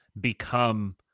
become